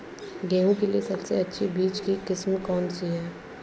गेहूँ के लिए सबसे अच्छी बीज की किस्म कौनसी है?